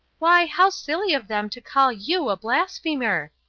why, how silly of them to call you a blasphemer!